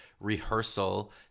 rehearsal